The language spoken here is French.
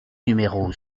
numéro